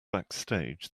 backstage